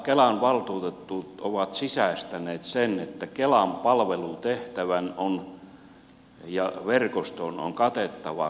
kelan valtuutetut ovat sisäistäneet sen että kelan palvelutehtävän ja verkoston on katettava koko maa